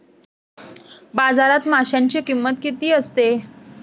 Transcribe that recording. बाजारात माशांची किंमत किती असते?